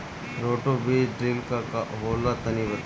Roto बीज drill का होला तनि बताई?